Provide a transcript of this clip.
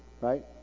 right